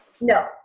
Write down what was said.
No